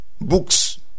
books